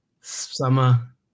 summer